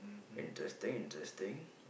interesting interesting